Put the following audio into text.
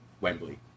Wembley